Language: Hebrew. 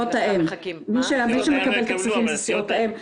הגוף שמקבל את הכספים זה סיעות האם.